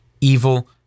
evil